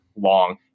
long